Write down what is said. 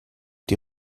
die